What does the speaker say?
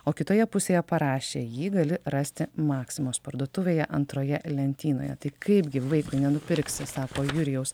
o kitoje pusėje parašė jį gali rasti maksimos parduotuvėje antroje lentynoje tai kaipgi vaikui nenupirksi sako jurijaus